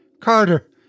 Carter